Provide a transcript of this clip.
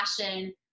passion